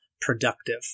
productive